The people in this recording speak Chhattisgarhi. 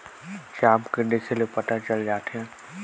कइसे पता चलही कि धान मे नमी कम हे?